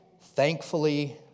thankfully